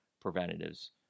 preventatives